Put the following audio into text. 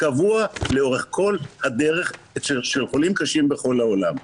קבוע לאורך כל הדרך של חולים קשים בכל העולם.